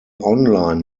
online